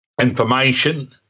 information